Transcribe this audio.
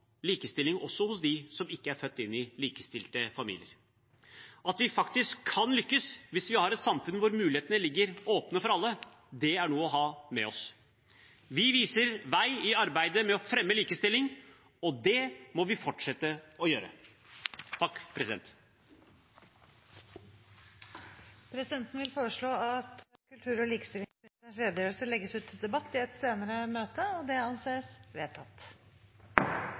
født inn i likestilte familier. Vi kan faktisk lykkes hvis vi har et samfunn hvor mulighetene ligger åpne for alle – det er noe å ha med seg. Vi viser vei i arbeidet med å fremme likestilling, og det må vi fortsette å gjøre. Presidenten foreslår at kultur- og likestillingsministerens redegjørelse legges ut til debatt i et senere møte. Etter ønske fra kommunal- og